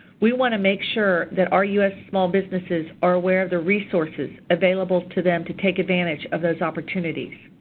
we want to make sure that our u s. small businesses are aware of the resources available to them to take advantage of those opportunities.